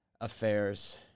affairs